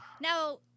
now